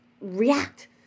react